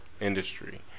industry